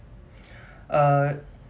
uh